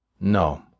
No